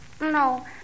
No